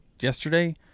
yesterday